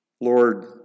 Lord